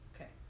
Okay